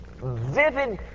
vivid